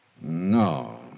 No